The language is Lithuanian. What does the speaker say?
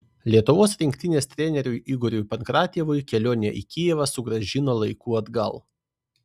lietuvos rinktinės treneriui igoriui pankratjevui kelionė į kijevą sugrąžino laiku atgal